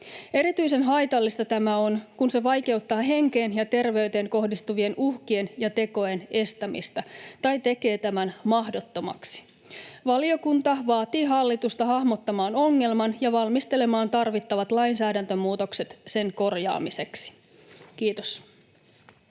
Erityisen haitallista tämä on, kun se vaikeuttaa henkeen ja terveyteen kohdistuvien uhkien ja tekojen estämistä tai tekee tämän mahdottomaksi. Valiokunta vaatii hallitusta hahmottamaan ongelman ja valmistelemaan tarvittavat lainsäädäntömuutokset sen korjaamiseksi. — Kiitos.